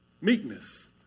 Meekness